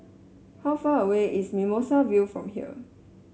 how far away is Mimosa View from here